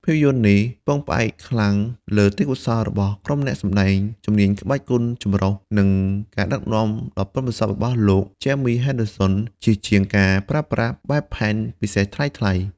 ភាពយន្តនេះពឹងផ្អែកខ្លាំងលើទេពកោសល្យរបស់ក្រុមអ្នកសម្ដែងជំនាញក្បាច់គុនចម្រុះ និងការដឹកនាំដ៏ប៉ិនប្រសប់របស់លោក Jimmy Henderson ជាជាងការប្រើប្រាស់បែបផែនពិសេសថ្លៃៗ។